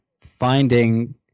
finding